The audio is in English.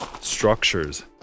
structures